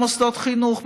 מוסדות חינוך,